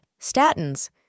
statins